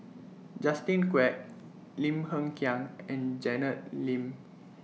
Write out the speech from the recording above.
Justin Quek Lim Hng Kiang and Janet Lim